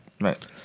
Right